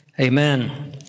Amen